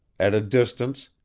at a distance,